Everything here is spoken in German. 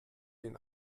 den